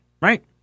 right